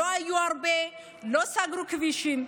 לא היו הרבה, לא סגרו כבישים.